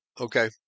Okay